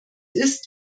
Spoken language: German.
ist